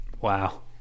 wow